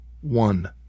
One